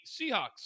Seahawks